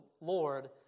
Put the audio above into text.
Lord